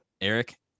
eric